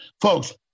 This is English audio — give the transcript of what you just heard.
Folks